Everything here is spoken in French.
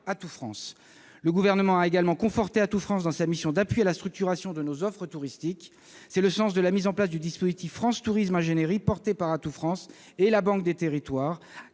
Le Gouvernement a également conforté Atout France dans sa mission d'appui à la structuration de nos offres touristiques. C'est le sens de la mise en place du dispositif France tourisme ingénierie, porté par Atout France et la Banque des territoires,